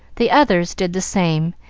the others did the same,